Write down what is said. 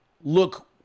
look